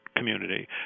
community